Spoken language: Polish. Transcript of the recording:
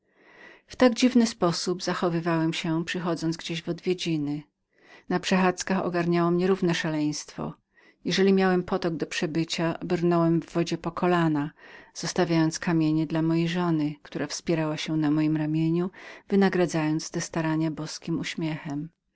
marzenia tak dziwnym sposobem zachowywałem się przyszedłszy gdzie w odwiedziny na przechadzkach ogarniało mnie równe szaleństwo jeżeli miałem potok do przebycia brnąłem w wodzie po kolana zostawiając kamienie dla mojej żony która wspierała się na mojem ramieniu wynagradzając te starania boskim uśmiechem